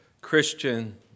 Christian